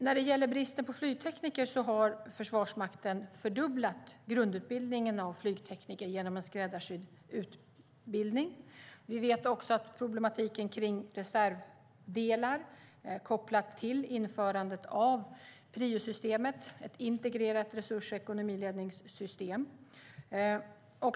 När det gäller bristen på flygtekniker har Försvarsmakten fördubblat grundutbildningen av flygtekniker genom en skräddarsydd utbildning. Vi vet också att problematiken kring reservdelar är kopplat till införandet av PRIO-systemet, ett integrerat resurs och ekonomiledningssystem.